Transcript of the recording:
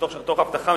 הבטחה,